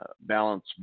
balance